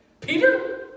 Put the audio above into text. Peter